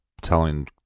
telling